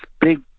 big